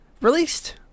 released